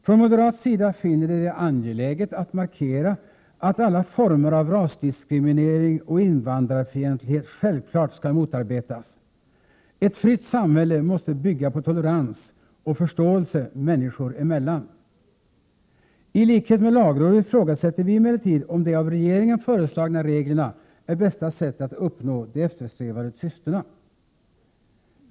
Från moderat sida finner vi det angeläget att markera att alla former av rasdiskriminering och invandrarfientlighet självfallet skall motarbetas. Ett fritt samhälle måste bygga på tolerans och förståelse människor emellan. I likhet med lagrådet ifrågasätter vi emellertid om de av regeringen föreslagna reglerna är det bästa sättet att uppnå de eftersträvade syftena.